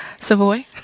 Savoy